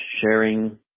sharing